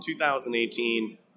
2018